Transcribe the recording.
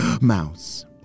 mouse